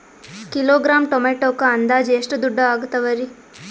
Kilogram ಟೊಮೆಟೊಕ್ಕ ಅಂದಾಜ್ ಎಷ್ಟ ದುಡ್ಡ ಅಗತವರಿ?